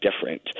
different